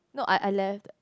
no no I left